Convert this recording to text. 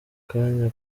kanya